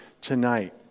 tonight